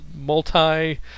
multi